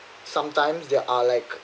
sometimes there are like